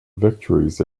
victories